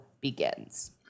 begins